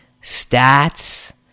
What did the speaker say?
stats